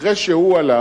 אחרי שהוא הלך,